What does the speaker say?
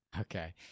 Okay